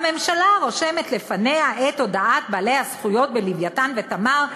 הממשלה רושמת לפניה את הודעת בעלי הזכויות ב"לווייתן" ו"תמר"